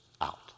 out